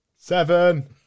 Seven